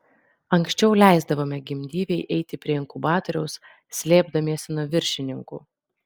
anksčiau leisdavome gimdyvei eiti prie inkubatoriaus slėpdamiesi nuo viršininkų